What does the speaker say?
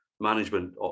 management